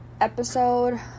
episode